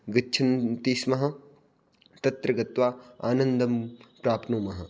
गच्छन्ति स्म तत्र गत्वा आनन्दं प्राप्नुमः